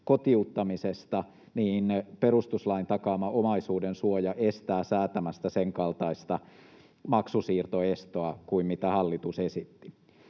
kotiuttamisesta, perustuslain takaama omaisuudensuoja estää säätämästä senkaltaista maksusiirtoestoa kuin hallitus esitti.